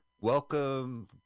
welcome